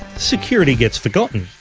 security gets forgotten,